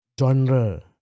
genre